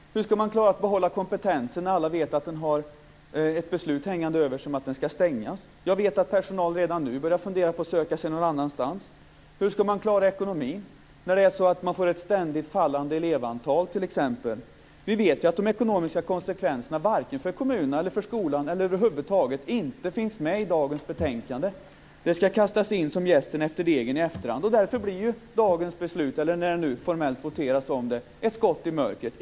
Hur ska man klara att behålla kompetensen när alla vet att skolan har ett beslut om stängning hängande över sig? Jag vet att personal redan nu börjar fundera på att söka sig någon annanstans. Hur ska man klara ekonomin när man får ett ständigt minskande elevantal t.ex.? Vi vet att de ekonomiska konsekvenserna inte, vare sig för kommunerna eller för skolan eller över huvud taget, finns med i dagens betänkande. Detta ska kastas in i efterhand, som jästen efter degen. Därför blir beslutet här formellt vid voteringen senare ett skott i mörkret.